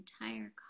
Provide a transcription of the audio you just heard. entire